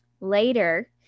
Later